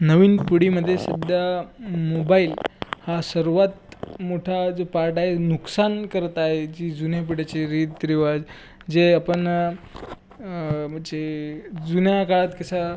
नवीन पिढीमध्ये सध्या मोबाईल हा सर्वात मोठा जो पार्ट आहे नुकसान करत आहे की जुन्या पिढीचे रीतिरिवाज जे आपण म्हणजे जुन्या काळात कसं